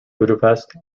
budapest